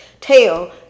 tail